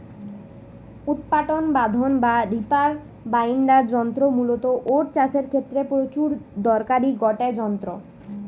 উৎপাটন বাঁধন বা রিপার বাইন্ডার যন্ত্র মূলতঃ ওট চাষের ক্ষেত্রে প্রচুর দরকারি গটে যন্ত্র